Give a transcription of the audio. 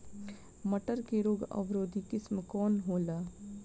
मटर के रोग अवरोधी किस्म कौन होला?